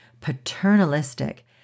paternalistic